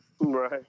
Right